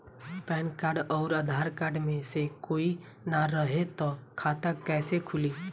Pan card आउर Aadhaar card मे से कोई ना रहे त खाता कैसे खुली?